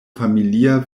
familia